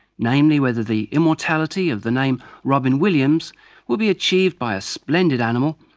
namely whether the immortality of the name robyn williams will be achieved by a splendid animal.